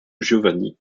giovanni